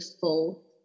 full